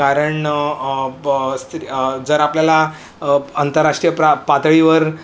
कारण ब स्त्री जर आपल्याला आंतरराष्ट्रीय प्रा पातळीवर